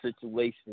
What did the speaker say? situation